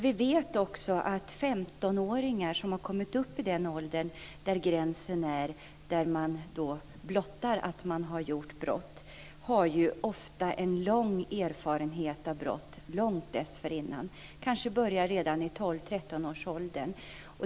Vi vet att 15-åringar som har kommit till den gränsen där de blottar att de har begått brott ofta har en lång erfarenhet av brott dessförinnan, som kanske började redan i 12-13-årsåldern.